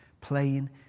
playing